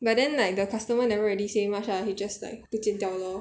but then like the customer never really say much lah he just like 不见掉 lor